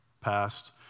passed